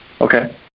Okay